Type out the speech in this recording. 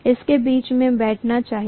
उसके बीच में बैठना चाहिए